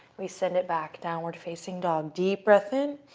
we send it back, downward facing dog. deep breath in